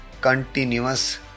continuous